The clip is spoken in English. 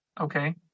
Okay